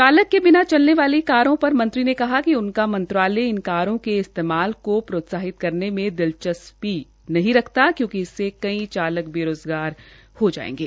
चालक के बिना चलने वाली कारों पर मंत्री ने कहा कि उनका मंत्रालय इन कारों के इस्तेमाल का प्रोत्साहित करने में दिलचस्पी नहीं रखता क्योकि इसे कई चालक बेरोज़गार हो जायेंगे